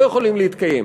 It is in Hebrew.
לא יכולים להתקיים,